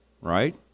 right